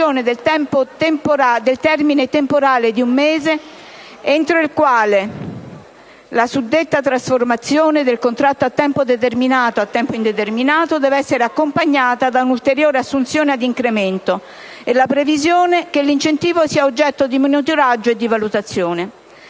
l'introduzione del termine temporale di un mese entro il quale la suddetta trasformazione del contratto da tempo determinato a tempo indeterminato deve essere accompagnata da un'ulteriore assunzione ad incremento e la previsione che l'incentivo sia oggetto di monitoraggio e di valutazione.